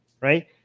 right